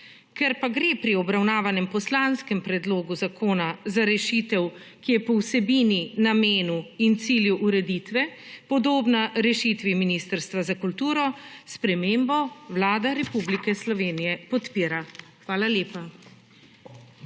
Ker pa gre pri obravnavanem poslanskem predlogu zakona za rešitev, ki je po vsebini, namenu in cilju ureditve podobna rešitvi Ministrstva za kulturo, spremembo Vlada Republike Slovenije podpira. Hvala lepa.